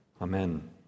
amen